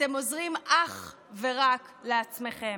אתם עוזרים אך ורק לעצמכם.